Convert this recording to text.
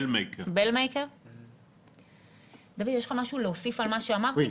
דוד, יש לך משהו להוסיף על מה שאמרתי?